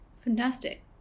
fantastic